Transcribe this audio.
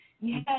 Yes